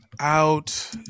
Out